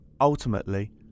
ultimately